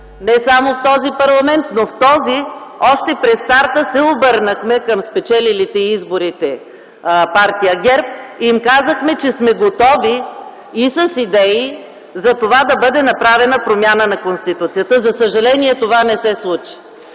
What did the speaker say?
не само в този парламент. В този още при старта се обърнахме към спечелилите изборите – партия ГЕРБ, и им казахме, че сме готови с идеи за това да бъде направена промяна на Конституцията. За съжаление това не се случи.